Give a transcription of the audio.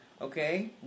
Okay